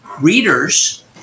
readers